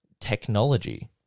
technology